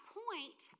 point